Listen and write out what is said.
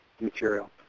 material